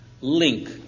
link